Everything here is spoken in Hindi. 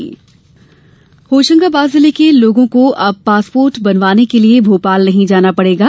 पासपोर्ट सेवा होशंगाबाद जिले के लोगों को अब पासपोर्ट बनवाने के लिए भोपाल नहीं जाना पड़ेगा